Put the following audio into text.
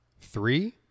Three